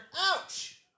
Ouch